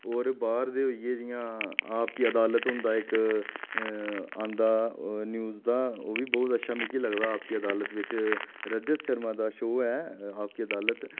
होर बाह्र दे होई गे जि'यां आप की अदालत होंदा इक औंदा ओह् न्यूज दा ओह् बी बहुत अच्छा मिगी लगदा आप की अदालत बिच रजत शर्मा दा शोऽ ऐ आप की अदालत